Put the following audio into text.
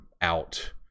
out